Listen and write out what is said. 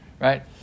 right